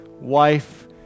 wife